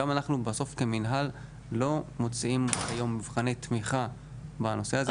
אנחנו בסוף כמנהל לא מוציאים מבחני תמיכה בנושא הזה,